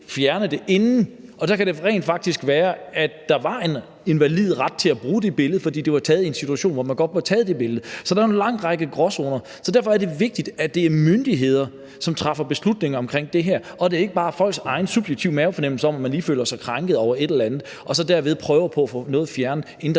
fjerne det, og der kan det rent faktisk være, at der var en valid grund til at bruge det billede, fordi det var taget i en situation, hvor man godt måtte tage det billede. Så der er en lang række gråzoner. Derfor er det vigtigt, at det er myndigheder, som træffer beslutning om det her, og at det ikke bare er folks egen subjektive mavefornemmelse af, at man lige føler sig krænket over et eller andet og derved prøver at få noget fjernet, inden en